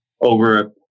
over